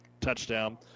touchdown